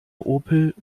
opel